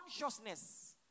consciousness